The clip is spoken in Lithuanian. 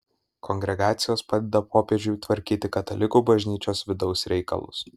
kongregacijos padeda popiežiui tvarkyti katalikų bažnyčios vidaus reikalus